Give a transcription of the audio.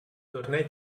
tornei